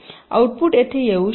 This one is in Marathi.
आउटपुट येथे येऊ शकते